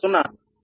కాబట్టి 1 0